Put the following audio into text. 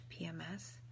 PMS